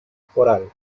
foral